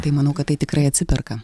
tai manau kad tai tikrai atsiperka